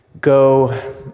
go